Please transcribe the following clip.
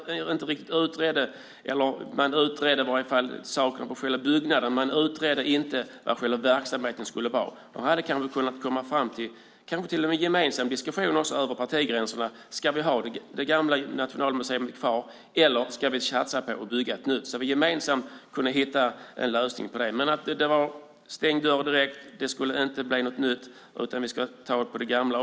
Man utredde detta när det gällde själva byggnaden. Men man utredde inte vad själva verksamheten skulle vara. Man hade kanske till och med kunnat komma fram till en gemensam diskussion, över partigränserna: Ska vi ha det gamla nationalmuseet kvar, eller ska vi satsa på att bygga ett nytt? Då hade vi gemensamt kunnat hitta en lösning. Men det var en stängd dörr direkt. Det skulle inte bli något nytt, utan vi skulle ha det gamla.